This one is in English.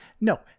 No